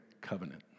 Covenant